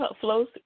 flows